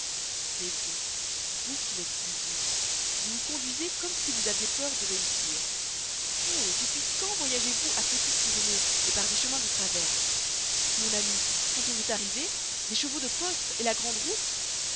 mais vous vous qui n'êtes plus vous vous vous conduisez comme si vous aviez peur de réussir depuis quand voyagez vous à petites journées par des chemins de traverse mon ami quand on veut arriver des chevaux de poste la grande route